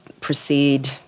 proceed